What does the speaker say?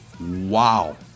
wow